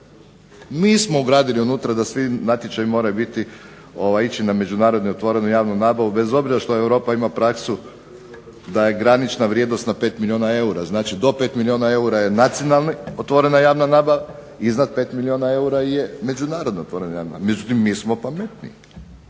Mi smo ugradili unutra da svi natječaji moraju ići na međunarodnu otvorenu javnu nabavu bez obzira što Europa ima praksu da je granična vrijednost na 5 milijuna eura. Znači do 5 milijuna eura je nacionalni otvorena javna nabave, iznad 5 milijuna eura je međunarodna otvorena javna. Međutim mi smo pametniji.